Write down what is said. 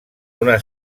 una